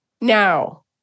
Now